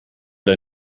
der